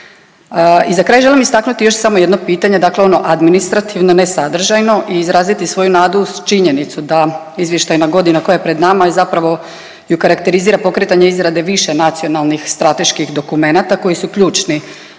I za kraj želim istaknuti još samo jedno pitanje, dakle ono administrativno ne sadržajno i izraziti svoju nadu uz činjenicu da izvještajna godina koja je pred nama i zapravo ju karakterizira pokretanje izrade više nacionalnih strateških dokumenata koji su ključni